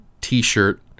t-shirt